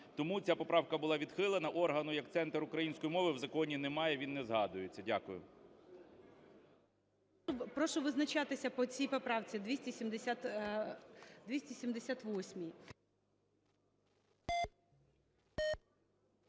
Тому ця поправка була відхилена. Органу як центр української мови в законі немає, він не згадується. Дякую. ГОЛОВУЮЧИЙ. Прошу визначатися по цій поправці 278.